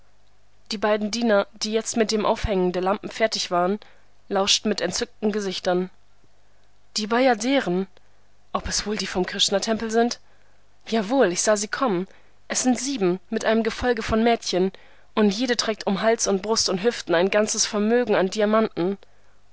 die beiden diener die jetzt mit dem aufhängen der lampen fertig waren lauschten mit entzückten gesichtern die bajaderen ob es wohl die vom krishnatempel sind jawohl ich sah sie kommen es sind sieben mit einem gefolge von mädchen und jede trägt um hals und brust und hüften ein ganzes vermögen an diamanten